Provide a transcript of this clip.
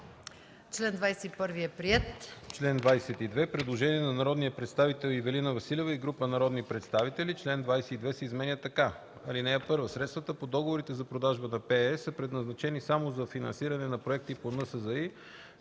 Член 21 е приет.